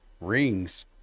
rings